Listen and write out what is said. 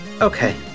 okay